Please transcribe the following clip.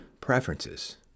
preferences